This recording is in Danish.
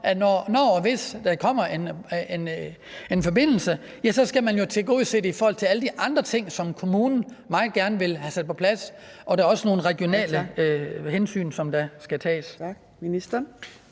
at når og hvis der kommer en forbindelse, skal det jo tilgodeses i forhold til alle de andre ting, som kommunen meget gerne vil have sat på plads. Der er også nogle regionale hensyn, som skal tages. Kl. 13:40